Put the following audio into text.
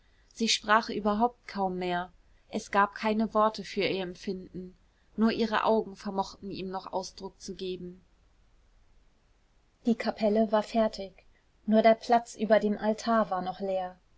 sie sprach überhaupt kaum mehr es gab keine worte für ihr empfinden nur ihre augen vermochten ihm noch ausdruck zu geben die kapelle war fertig nur der platz über dem altar war noch leer